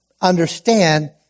understand